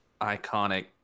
iconic